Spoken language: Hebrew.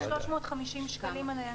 350 שקלים.